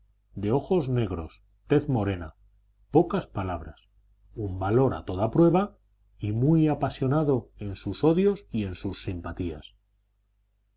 de ojos negros tez morena pocas palabras un valor a toda prueba y muy apasionado en sus odios y en sus simpatías